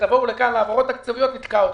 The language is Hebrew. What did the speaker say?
כשתבואו לכאן להעברות תקציביות נתקע אתכם.